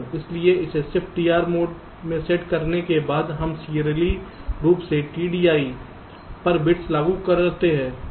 इसलिए इसे ShiftDR mode में सेट करने के बाद हम सीरियली रूप से TDI पर बिट्स लागू करते हैं